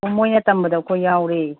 ꯑꯣ ꯃꯣꯏꯅ ꯇꯝꯕꯗ ꯑꯩꯈꯣꯏ ꯌꯥꯎꯔꯦ